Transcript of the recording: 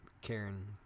Karen